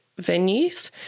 venues